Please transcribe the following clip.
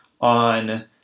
on